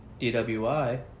DWI